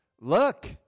look